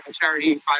charity